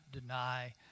deny